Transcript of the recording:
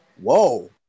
whoa